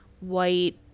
white